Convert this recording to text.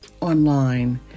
online